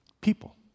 People